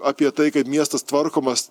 apie tai kaip miestas tvarkomas